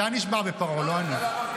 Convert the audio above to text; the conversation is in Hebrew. אתה נשבע בפרעה, לא אני.